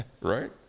right